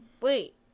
Wait